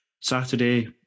Saturday